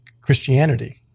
Christianity